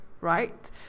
right